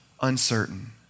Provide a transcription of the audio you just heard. uncertain